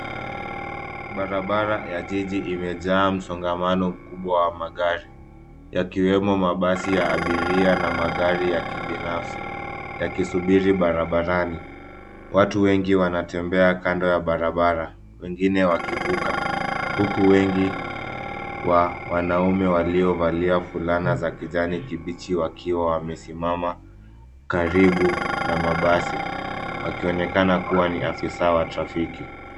Barabara ya jiji imejaa msongamano mkubwa wa magari, yakiwemo mabasi ya abiria na magari ya kibinafsi, yakisubiri barabarani. Watu wengi wanatembea kando ya barabara, wengine wakivuka huku wengi wa wanaume waliovalia fulana za kijani kibichi wakiwa wamesimama karibu na mabasi, wakionekana kuwa ni afisa wa trafiki.